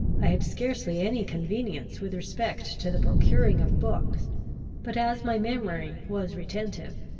i had scarcely any convenience with respect to the procuring of books but, as my memory was retentive,